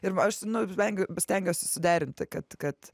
ir aš nu vengiu stengiuosi suderinti kad kad